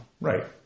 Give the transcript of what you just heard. Right